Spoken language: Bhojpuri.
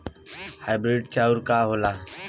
हाइब्रिड चाउर का होला?